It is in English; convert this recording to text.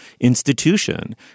institution